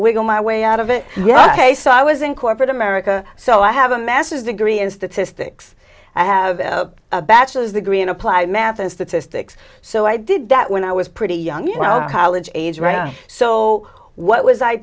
wiggle my way out of it yeah ok so i was in corporate america so i have a master's degree in statistics i have a bachelor's degree in applied math and statistics so i did that when i was pretty young college age right so what was i